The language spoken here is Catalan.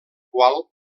qual